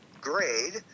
grade